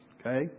Okay